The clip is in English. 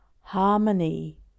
harmony